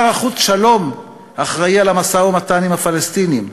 שר החוץ שלום אחראי למשא-ומתן עם הפלסטינים,